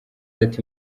ati